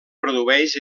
produeix